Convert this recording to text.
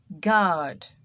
God